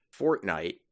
Fortnite